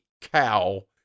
cow